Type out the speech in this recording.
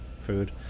food